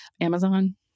Amazon